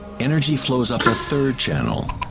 energy flows up a third channel,